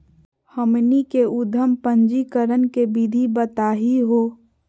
हमनी के उद्यम पंजीकरण के विधि बताही हो?